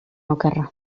okerra